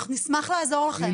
אנחנו נשמח לעזור לכם,